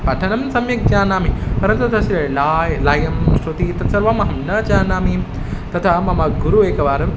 पठनं सम्यक् जानामि परन्तु तस्य लयं लयं श्रुतिः एतत् सर्वं अहं न जानामि तदा मम गुरुः एकवारम्